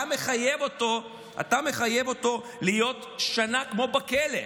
אתה מחייב אותו כמו בכלא.